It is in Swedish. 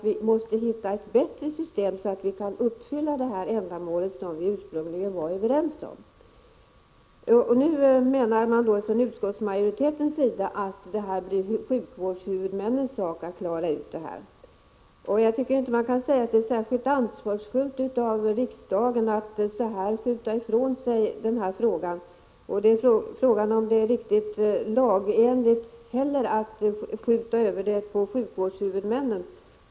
Vi måste hitta ett bättre system så att vi kan uppfylla det mål vi ursprungligen var överens om. Utskottsmajoriteten menar att detta blir en fråga för sjukvårdshuvudmännen att klara ut. Jag tycker inte att man kan säga att det är särskilt ansvarsfullt av riksdagen att skjuta ifrån sig frågan på det sättet. Jag undrar också om det är riktigt lagenligt att skjuta över den på sjukvårdshuvudmännen.